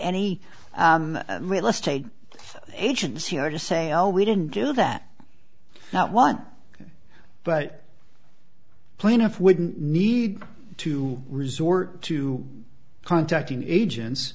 any real estate agents here to say oh we didn't do that not one but plaintiff wouldn't need to resort to contacting agents